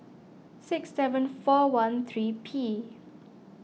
six seven four one three P